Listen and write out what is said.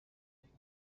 legen